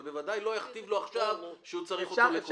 אבל בוודאי לא יכתיב לו עכשיו שהוא צריך אותו לכל התקופה.